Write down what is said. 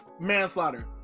manslaughter